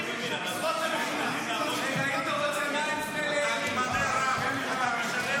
אתה ממנה רב, אתה משלם לו כסף.